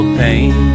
pain